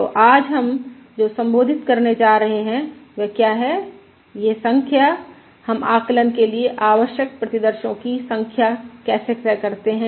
तो आज हम जो संबोधित करने जा रहे हैं वह क्या है यह संख्या हम आकलन के लिए आवश्यक प्रतिदर्शो की संख्या कैसे तय करते हैं